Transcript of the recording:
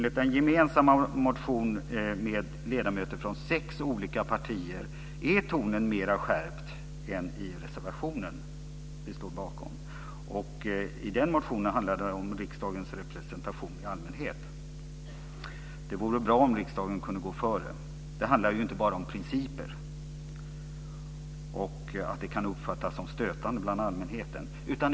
I en gemensam motion med ledamöter från sex olika partier är tonen mer skärpt än i den reservation som vi står bakom. Motionen handlar om riksdagens representation i allmänhet. Det vore bra om riksdagen kunde gå före här. Det handlar ju inte bara om principer och om att det kan uppfattas som stötande bland allmänheten.